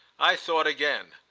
i thought again.